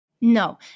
No